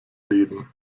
leben